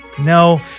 No